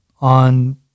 on